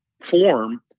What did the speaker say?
form